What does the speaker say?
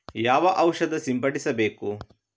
ಯಾವ ಔಷಧ ಸಿಂಪಡಿಸಬೇಕು?